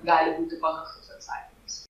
gali būti panašus atsakymas